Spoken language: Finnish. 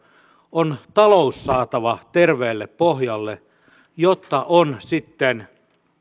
on talous saatava terveelle pohjalle jotta on sitten